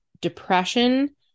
depression